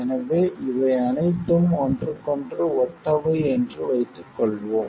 எனவே இவை அனைத்தும் ஒன்றுக்கொன்று ஒத்தவை என்று வைத்துக்கொள்வோம்